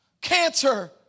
Cancer